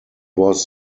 was